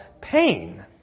pain